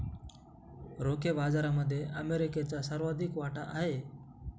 रोखे बाजारामध्ये अमेरिकेचा सर्वाधिक वाटा आहे